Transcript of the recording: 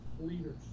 leaders